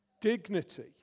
Dignity